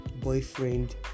boyfriend